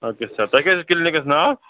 اَدٕ کیٛاہ سر تۄہہِ کیٛاہ چھُ کِلنِکَس ناو